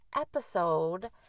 episode